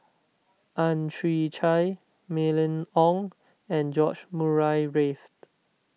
Ang Chwee Chai Mylene Ong and George Murray Reith